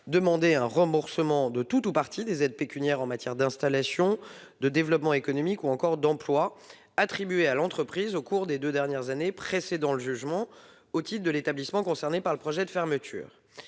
demander remboursement de tout ou partie des aides pécuniaires en matière d'installation, de développement économique ou d'emploi attribuées à l'entreprise au cours des deux années précédant le jugement, au titre de l'établissement concerné par le projet de fermeture.